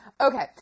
okay